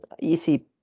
easy